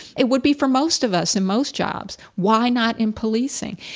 it would be for most of us in most jobs, why not in policing?